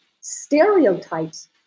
stereotypes